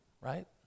right